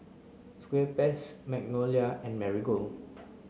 Schweppes Magnolia and Marigold